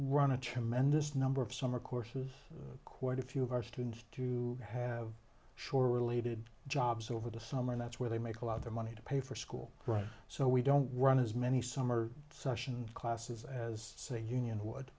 run a tremendous number of summer courses quite a few of our students to have short related jobs over the summer that's where they make a lot of their money to pay for school right so we don't run as many summer session classes as say union would